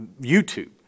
YouTube